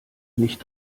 nicht